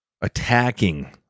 attacking